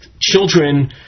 children